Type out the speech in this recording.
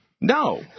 No